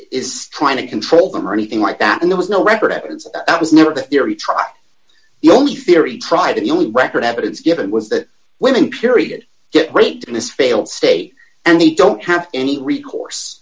is trying to control them or anything like that and there was no record evidence that was never the theory tried the only theory tried to the only record evidence given was that women period get raped in this failed state and they don't have any recourse